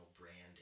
branding